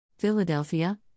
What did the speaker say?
Philadelphia